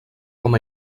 com